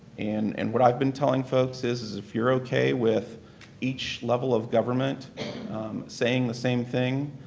and and what i've been telling folks is is if you're okay with each level of government saying the same thing,